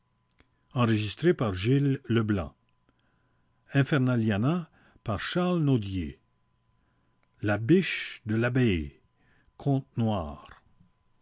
la biche de l'abbaye conte noir